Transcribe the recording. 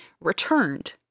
returned